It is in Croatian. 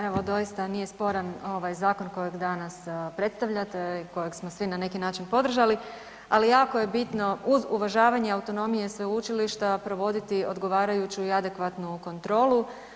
Evo doista nije sporan ovaj zakon kojeg danas predstavljate i kojeg smo svi na neki način podržali, ali jako je bitno uz uvažavanje autonomije sveučilišta provoditi odgovarajuću i adekvatnu kontrolu.